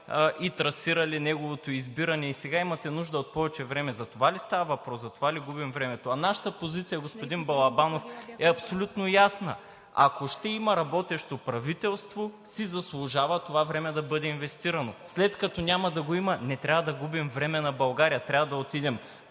и трасирали неговото избиране и сега имате нужда от повече време. За това ли става въпрос? За това ли губим времето? А нашата позиция, господин Балабанов, е абсолютно ясна. Ако ще има работещо правителство, си заслужава това време да бъде инвестирано. След като няма да го има, не трябва да губим времето на България, трябва да отидем